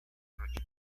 rocha